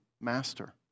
master